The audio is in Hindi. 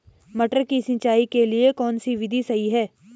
मटर की सिंचाई के लिए कौन सी विधि सही है?